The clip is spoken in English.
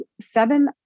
seven